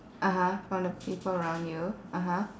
(uh huh) from the people around you (uh huh)